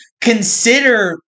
consider